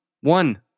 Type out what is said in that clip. one